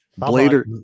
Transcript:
Blader